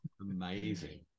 Amazing